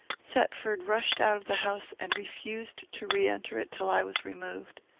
thetford rushed out of the house, and refused to re-enter it till i was removed.